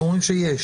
ואתם אומרים שיש.